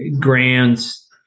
grants